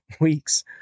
weeks